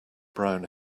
brown